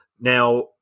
Now –